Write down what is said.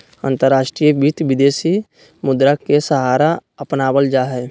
अंतर्राष्ट्रीय वित्त, विदेशी मुद्रा के सहारा अपनावल जा हई